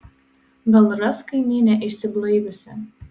gal ras kaimynę išsiblaiviusią